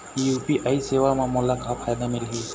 UPI सेवा म मोला का फायदा मिलही?